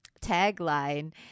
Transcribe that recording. tagline